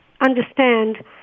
understand